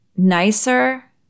nicer